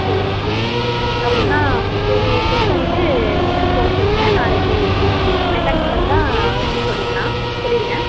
சரி ஓகே அப்படின்னா சரி செக் பண்ணிட்டு விட்டுட்டு போக சொல்லுங்கள் நாளைக்கு மெக்கானிக் வந்தால் சொல்லிடலாம் சொல்லிவிடுங்க